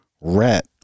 rat